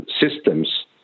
systems